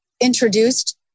introduced